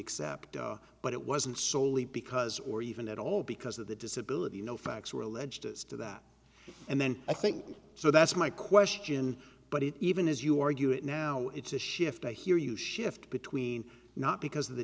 accept but it wasn't solely because or even at all because of the disability you know facts were alleged as to that and then i think so that's my question but it even as you argue it now it's a shift i hear you shift between not because of the